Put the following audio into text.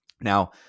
Now